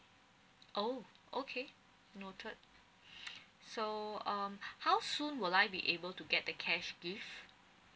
oh okay noted so um how soon will I be able to get the cash gift